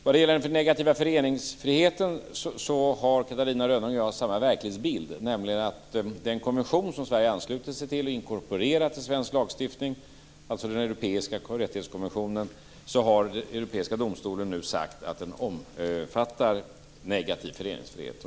När det gäller den negativa föreningsfriheten har Catarina Rönnung och jag samma verklighetsbild. I fråga om den konvention som Sverige anslutit sig till och som inkorporerats i svensk lagstiftning, alltså den europeiska konventionen om fri och rättigheter, har Europadomstolen nu sagt att den omfattar negativ föreningsfrihet.